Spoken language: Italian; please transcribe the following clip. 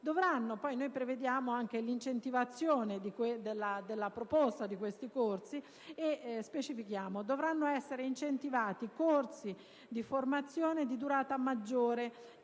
Noi prevediamo poi anche l'incentivazione della proposta di questi corsi e specifichiamo che «dovranno essere incentivati corsi di formazione di durata maggiore,